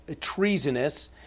treasonous